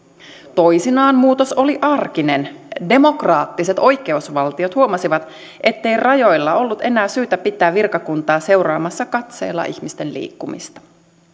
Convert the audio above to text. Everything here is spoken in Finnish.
toisinaan muutos oli arkinen demokraattiset oikeusvaltiot huomasivat ettei rajoilla ollut enää syytä pitää virkakuntaa seuraamassa katseella ihmisten liikkumista